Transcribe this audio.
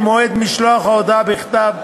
ממועד משלוח ההודעה בכתב,